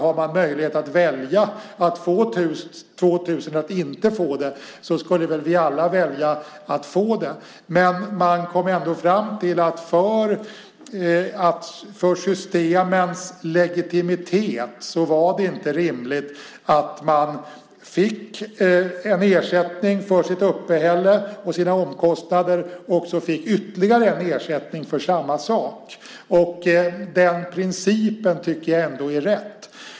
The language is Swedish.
Är det möjligt att välja mellan att få 2 000 kr och att inte få det skulle väl vi alla välja att få det. För systemens legitimitets skull var det dock inte rimligt att det utgick en ersättning för uppehälle och omkostnader och så ytterligare en ersättning för samma sak. Den principen tycker jag ändå är riktig.